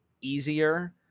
easier